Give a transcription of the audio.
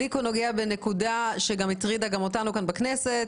אליקו נוגע בנקודה שהטרידה גם אותנו בכנסת,